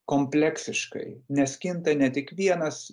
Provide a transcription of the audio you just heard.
kompleksiškai nes kinta ne tik vienas